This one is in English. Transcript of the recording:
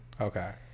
Okay